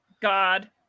God